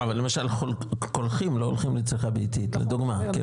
לא אבל למשל קולחים לא הולכים גם לצריכה ביתית לדוגמה.